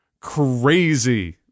crazy